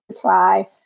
try